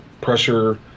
pressure